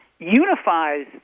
unifies